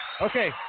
Okay